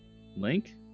Link